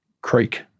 creek